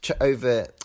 over